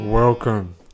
Welcome